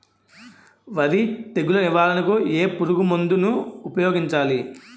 వరి తెగుల నివారణకు ఏ పురుగు మందు ను ఊపాయోగించలి?